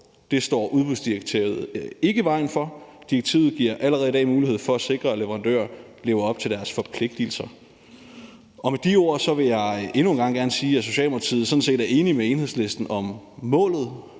Det står udbudsdirektivet ikke i vejen for. Direktivet giver allerede i dag mulighed for at sikre, at leverandører lever op til deres forpligtigelser. Med de ord vil jeg endnu en gang gerne sige, at Socialdemokratiet sådan set er enige med Enhedslisten om målet.